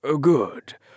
good